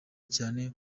cyane